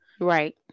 Right